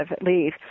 leave